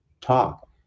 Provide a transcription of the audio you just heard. talk